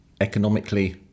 economically